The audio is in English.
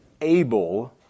able